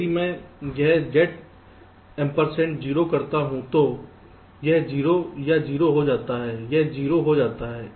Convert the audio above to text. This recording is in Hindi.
यदि मैं यह Z ऐंपरसेंड 0 करता हूं तो यह 0 या 0 हो जाता है यह 0 हो जाता है